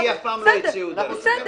לי אף פעם לא הציעו, דרך אגב.